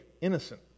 innocent